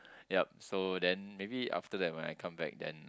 yup so then maybe after that when I come back then